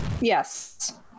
Yes